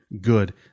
good